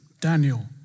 Daniel